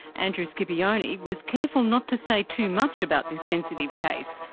andrew scipioni, was careful not to say too much about this sensitive case.